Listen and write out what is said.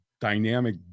dynamic